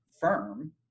firm